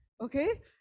okay